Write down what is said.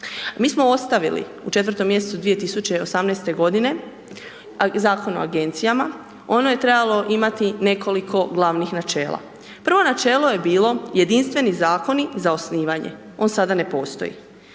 Mi smo ostavili u 4. mjesecu 2018. godine Zakon o agencijama, ono je trebalo imati nekoliko glavnih načela. Prvo načelo je bilo jedinstveni zakoni za osnivanje, on sada ne postoji.